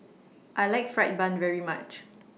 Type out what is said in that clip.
I like Fried Bun very much